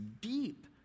deep